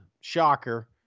shocker